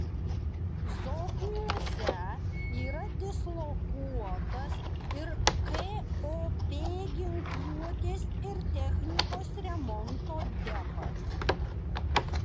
zokniuose yra dislokuotas ir kop ginkluotės ir technikos remonto depas